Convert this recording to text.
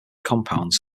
compounds